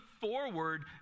forward